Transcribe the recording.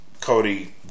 Cody